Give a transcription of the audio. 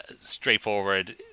straightforward